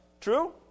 True